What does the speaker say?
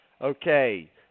Okay